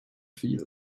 field